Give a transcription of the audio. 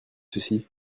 ceci